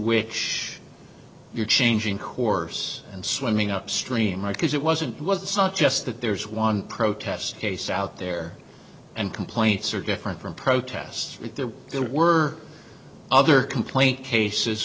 which you're changing course and swimming upstream right because it wasn't just that there's one protest case out there and complaints are different from protests there were other complaint cases